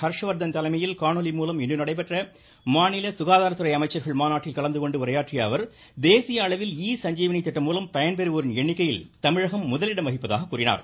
ஹர்ஷவர்தன் தலைமையில் காணொலி மூலம் இன்று நடைபெற்ற மாநில சுகாதாரத்துறை அமைச்சர்கள் மாநாட்டில் கலந்துகொண்டு பேசிய அவர் தேசிய அளவில் இ சஞ்சீவினி திட்டம் மூலம் பயன்பெறுவோரின் எண்ணிக்கையில் தமிழகம் முதலிடம் வகிப்பதாக கூறினார்